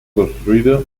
construida